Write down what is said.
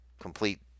complete